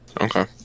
okay